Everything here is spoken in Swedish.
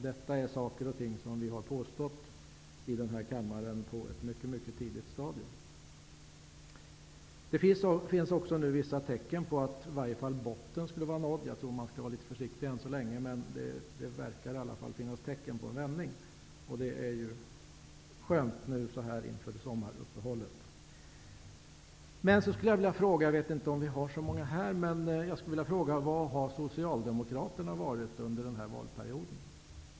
Detta är saker och ting som vi har påstått i den här kammaren på ett mycket tidigt stadium. Det finns också vissa tecken på att botten skulle vara nådd. Jag tror att man skall vara litet försiktig än så länge, men det finns tecken på en vändning. Det är ju skönt nu, inför sommaruppehållet. Jag skulle vilja fråga: Var har Socialdemokraterna varit under den här valperioden?